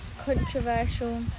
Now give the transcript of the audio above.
Controversial